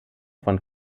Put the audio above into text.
von